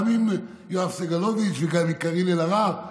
גם עם יואב סגלוביץ' וגם עם קארין אלהרר,